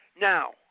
Now